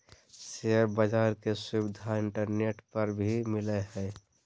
share बाज़ार के सुविधा इंटरनेट पर भी मिलय हइ